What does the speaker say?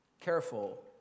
careful